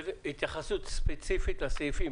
התייחסות ספציפית לסעיפים.